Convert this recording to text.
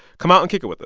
come out and kick it with